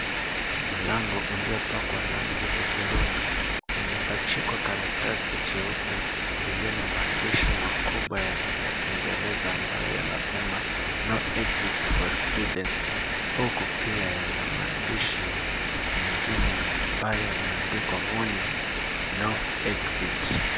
Mlango uliopakwa rangi ya hudhurungi, umepachikwa karatasi cheupe, ilio na maandishi makubwa ya, ya kingereza, ambayo yanasema, no exit for students . Huku pia yana maandishi mengine yambayo yameandikwa warning, no exit .